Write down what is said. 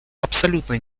абсолютной